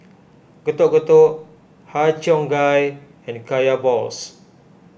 Getuk Getuk Har Cheong Gai and Kaya Balls